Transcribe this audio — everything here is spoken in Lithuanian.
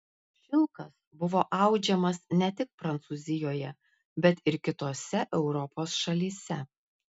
šilkas buvo audžiamas ne tik prancūzijoje bet ir kitose europos šalyse